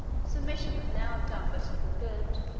submission would now have done but little good,